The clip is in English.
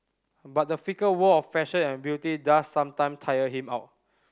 but the fickle world of fashion and beauty does sometime tire him out